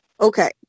Okay